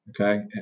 okay